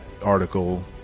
article